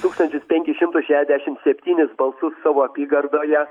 tūkstantis penkis šimtus šešiasdešimt septynis balsus savo apygardoje